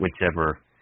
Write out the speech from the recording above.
whichever